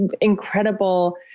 incredible